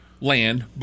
land